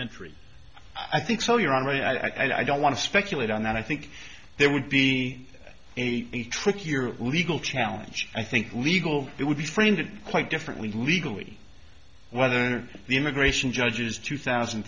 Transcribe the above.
reentry i think so your honor i don't want to speculate on that i think there would be a tricky legal challenge i think legal it would be framed it quite differently legally whether the immigration judges two thousand